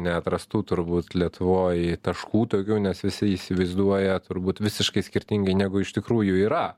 neatrastų turbūt lietuvoj taškų daugiau nes visi įsivaizduoja turbūt visiškai skirtingai negu iš tikrųjų yra